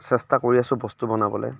চেষ্টা কৰি আছো বস্তু বনাবলৈ